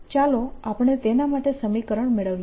ચાલો આપણે તેના માટે સમીકરણ મેળવીએ